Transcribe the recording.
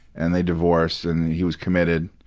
and they divorced and he was committed,